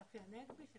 צחי הנגבי?